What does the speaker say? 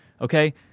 Okay